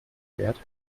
fährt